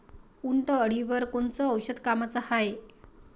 उंटअळीवर कोनचं औषध कामाचं हाये?